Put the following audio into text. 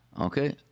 Okay